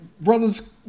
brother's